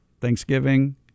Thanksgiving